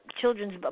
children's